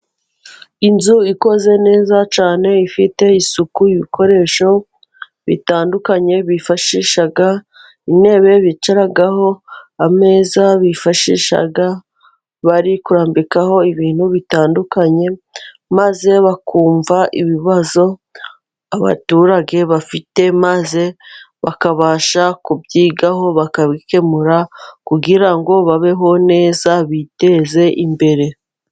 Inzu ikoze neza cyane, ifite isuku y' ibikoresho bitandukanye bifashisha, intebe bicaraho, ameza bifashisha bari kurambikaho ibintu bitandukanye, maze bakumva ibibazo abaturage bafite, maze bakabasha kubyigaho bakabikemura, kugira ngo babeho neza biteze imbere.